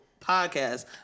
podcast